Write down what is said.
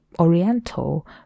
oriental